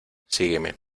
sígueme